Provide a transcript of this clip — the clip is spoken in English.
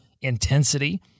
intensity